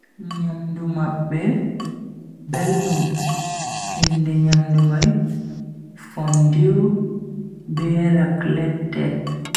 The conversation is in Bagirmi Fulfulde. Nyamdu mabbe beldum, inde nyamdu mai fondue be raclette.